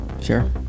sure